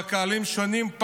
בקהלים שונים,